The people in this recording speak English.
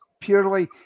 purely